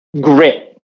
grit